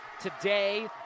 today